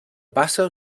passa